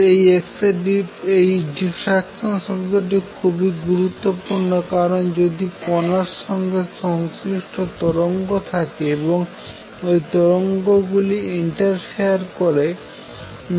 এই ডিফ্রাকশান শব্দটি খুবই গুরুত্বপূর্ণ কারন যদি কণার সঙ্গে সংশ্লিষ্ট তরঙ্গ থাকে তখন এই তরঙ্গ গুলি ইন্টারফেয়ার করতে পারে